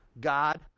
God